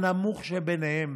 הנמוך שביניהם,